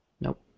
Nope